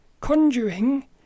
Conjuring